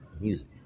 music